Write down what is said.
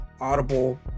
Audible